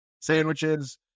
Sandwiches